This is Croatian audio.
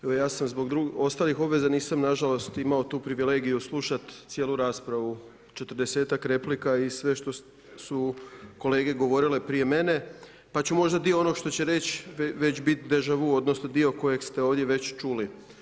Evo ja sam zbog ostali obveza nisam nažalost imao tu privilegiju slušat cijelu raspravu, 40a-k replika i sve što su kolege govorile prije mene pa ću možda dio onog što će reći, već bit deja vu, odnosno dio kojeg ste ovdje već čuli.